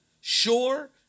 sure